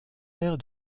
aire